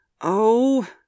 Oh